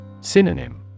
Synonym